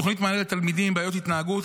תוכנית מענה לתלמידים עם בעיות התנהגות,